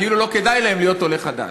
כאילו לא כדאי להם להיות עולים חדשים.